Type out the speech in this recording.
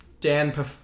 Dan